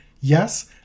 yes